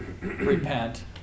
repent